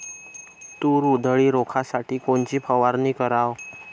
तूर उधळी रोखासाठी कोनची फवारनी कराव?